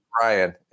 Ryan